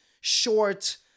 short